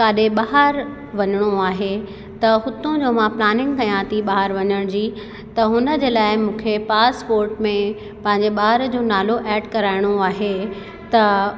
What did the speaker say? काॾे ॿाहिरि वञिणो आहे त हुतां जो मां प्लानिंग कयां थी ॿाहिरि वञण जी त हुन जे लाइ मूंखे पासपोट में पंहिंजे ॿार जो नालो ऐड कराइणो आहे त